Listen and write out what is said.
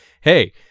hey